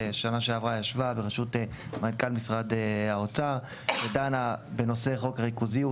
שבשנה שעבר ישבה ברשות מנכ"ל משרד האוצר ודנה בנושא חוק הריכוזיות,